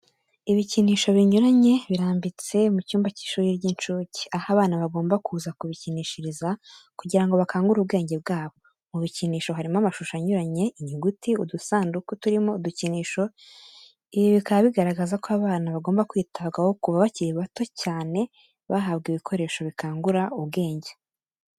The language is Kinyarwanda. Ibikinisho binyuranye birambitse mu cyumba cy'ishuri ry'inshuke, aho abana bagomba kuza kubikinishiriza kugira ngo bakangure ubwenge bwabo, mu bikinisho harimo amashusho anyuranye, inyuguti, udusanduku turimo udukinisho, ibi bikaba bigaragaza ko abana bagomba kwitabwaho kuva bakiri bato cyane, bahabwa ibikoresho bikangura ubwenge.